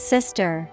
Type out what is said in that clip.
Sister